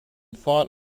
fought